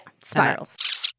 spirals